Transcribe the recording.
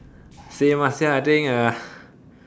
same ah same I think uh